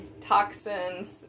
toxins